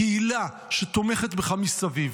קהילה שתומכת בך מסביב.